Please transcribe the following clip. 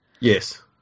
Yes